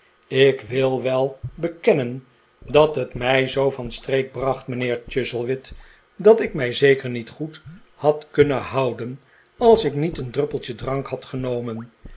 ik wil wel bekennen dat het mij zoo van streek bracht mijnheer chuzzlewit dat ik mij zeker niet goed had kunnen houden als ik niet een druppeltje drank had genomen